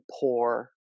poor